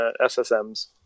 SSMs